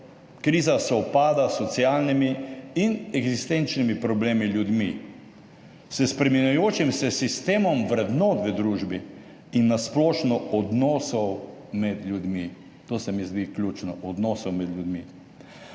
kriza sovpada s socialnimi in eksistenčnimi problemi ljudmi, s spreminjajočim se sistemom vrednot v družbi in na splošno odnosov med ljudmi. To se mi zdi ključno, odnosov med ljudmi.